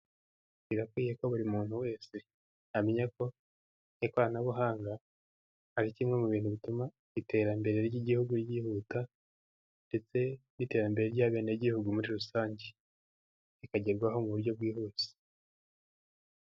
Birakwiye ko buri muntu wese yamenya ko ikoranabuhanga ari kimwe mu bintu bituma iterambere ry'igihugu ryihuta ndetse n'iterambere ry'abenegihugu muri rusange rikagerwaho mu buryo bwihuse.